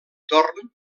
torn